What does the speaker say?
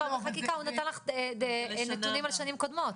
הוא נתן לך נתונים על שנים קודמות.